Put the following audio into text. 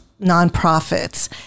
nonprofits